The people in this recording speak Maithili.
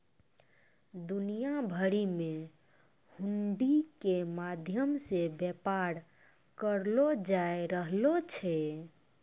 दुनिया भरि मे हुंडी के माध्यम से व्यापार करलो जाय रहलो छै